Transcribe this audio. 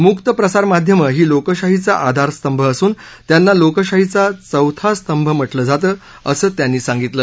मुक प्रसारमाध्यम ही लोकशाहीचा आधारस्तंभ असून त्यांना लोकशाहीचा चौथा स्तंभ म्हटलं जातं असं त्यांनी सांगितलं